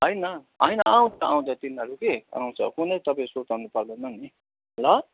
होइन होइन आउँछ आउँछ तिनीहरू कि आउँछ कुनै तपाईँ सुर्ताउनु पर्दैन नि ल